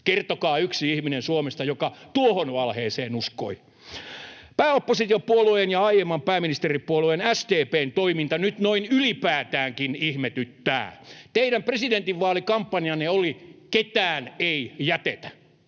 Kertokaa yksi ihminen Suomesta, joka tuohon valheeseen uskoi. Pääoppositiopuolueen ja aiemman pääministeripuolueen SDP:n toiminta nyt noin ylipäätäänkin ihmetyttää. Teidän presidentinvaalikampanjanne oli ”Ketään ei jätetä”.